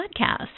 Podcast